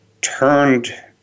turned